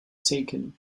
taken